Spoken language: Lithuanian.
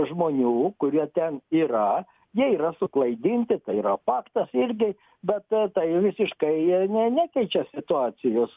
žmonių kurie ten yra jie yra suklaidinti tai yra faktas irgi bet tai visiškai ne nekeičia situacijos